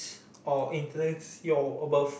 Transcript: or influence your above